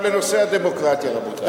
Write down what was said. לנושא הדמוקרטיה, רבותי.